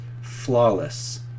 flawless